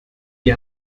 die